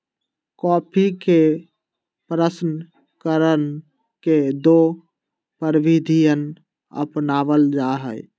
coffee के प्रशन करण के दो प्रविधियन अपनावल जा हई